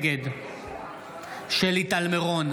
נגד שלי טל מירון,